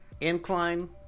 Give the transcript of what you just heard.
incline